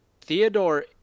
Theodore